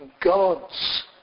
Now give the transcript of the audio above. God's